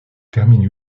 termine